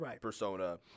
persona